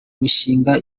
mishinga